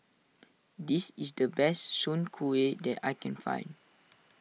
this is the best Soon Kuih that I can find